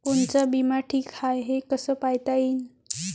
कोनचा बिमा ठीक हाय, हे कस पायता येईन?